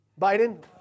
Biden